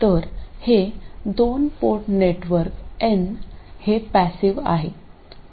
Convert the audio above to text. तर हे दोन पोर्ट नेटवर्क एन हे पॅसिवआहे